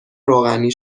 روغنی